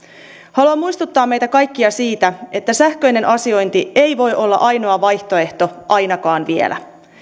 haluan muistuttaa meitä kaikkia siitä että sähköinen asiointi ei voi olla ainoa vaihtoehto ainakaan vielä